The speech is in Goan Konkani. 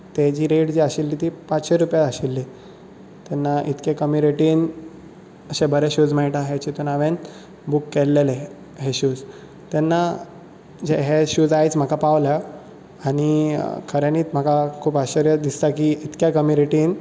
ताची रेट जी आशिल्ली ती पांचशे रुपया आशिल्ली तेन्ना इतके कमी रेटीन अशे बरे शूज मेळटात हें चिंतून हांवें बूक केल्ले हे शूज तेन्ना हे शूज आयज म्हाका पावल्या आनी खऱ्यांनीच म्हाका खूब आश्चर्य दिसता की इतले कमी रेटींत